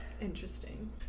Interesting